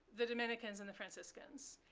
the dominicans, and the franciscans.